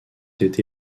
été